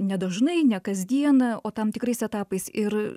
nedažnai ne kasdieną o tam tikrais etapais ir